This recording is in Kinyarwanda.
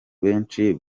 benshi